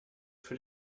für